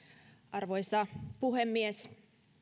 arvoisa puhemies